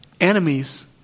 Enemies